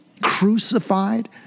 crucified